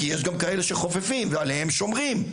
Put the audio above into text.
כי יש גם כאלה שחופפים ועליהם שומרים,